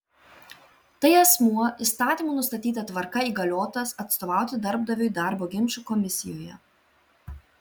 tai asmuo įstatymų nustatyta tvarka įgaliotas atstovauti darbdaviui darbo ginčų komisijoje